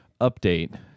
update